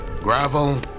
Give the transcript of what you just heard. gravel